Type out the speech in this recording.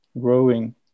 growing